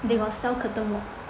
they got sell curtain rod